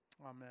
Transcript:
Amen